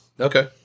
Okay